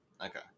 Okay